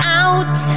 out